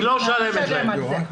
היא לא משלמת להם.